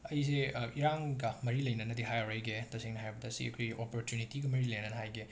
ꯑꯩꯖꯦ ꯏꯔꯥꯡꯒ ꯃꯔꯤ ꯂꯩꯅꯅꯗꯤ ꯍꯥꯏꯔꯔꯣꯏꯒꯦ ꯇꯁꯦꯡꯅ ꯍꯥꯏꯔꯕꯗ ꯁꯤ ꯑꯩꯈꯣꯏꯒꯤ ꯑꯣꯄꯣꯔꯆꯨꯅꯤꯇꯤꯒ ꯃꯔꯤ ꯂꯩꯅꯅ ꯍꯥꯏꯒꯦ